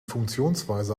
funktionsweise